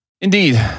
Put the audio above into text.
Indeed